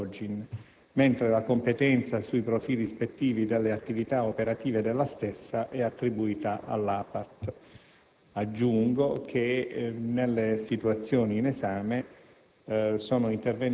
statutario della SOGIN Spa, mentre la competenza sui profili ispettivi delle attività operative della stessa è attribuita all'APAT. Aggiungo che nelle situazioni in esame